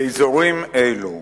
באזורים אלו,